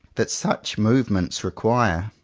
that such movements require.